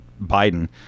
Biden